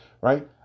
right